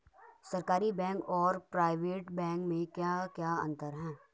सरकारी बैंक और private bank में क्या क्या अंतर हैं?